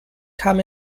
kam